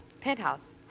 penthouse